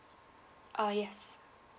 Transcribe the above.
uh yes